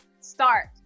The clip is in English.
start